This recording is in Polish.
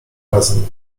razem